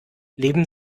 leben